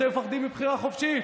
אתם מפחדים מבחירה חופשית,